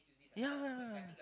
ya ya ya